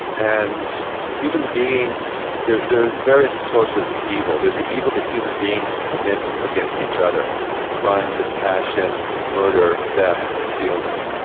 and human beings. there there are various sorts of evil. there's the evil that human beings commit against each other crimes of passion, murder, theft, stealing,